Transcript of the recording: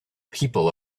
people